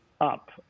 up